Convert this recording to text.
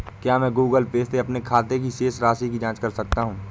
क्या मैं Google Pay से अपने खाते की शेष राशि की जाँच कर सकता हूँ?